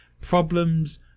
Problems